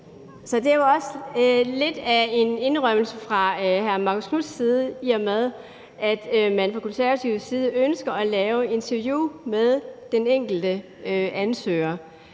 Så det er jo også lidt af en indrømmelse fra hr. Marcus Knuths side, i og med at man fra Konservatives side ønsker at lave et interview med den enkelte ansøger.